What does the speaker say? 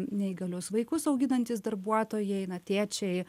neįgalius vaikus auginantys darbuotojai eina tėčiai